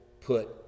put